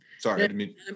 Sorry